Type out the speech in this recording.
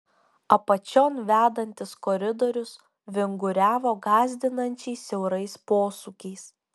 apačion vedantis koridorius vinguriavo gąsdinančiai siaurais posūkiais